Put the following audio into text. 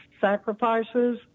sacrifices